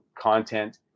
content